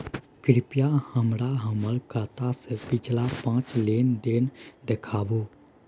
कृपया हमरा हमर खाता से पिछला पांच लेन देन देखाबु